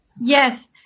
Yes